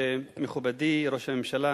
מכובדי ראש הממשלה,